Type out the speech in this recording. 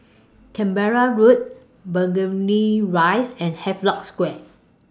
Canberra Road Burgundy Rise and Havelock Square